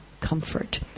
comfort